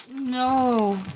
no.